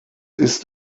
ist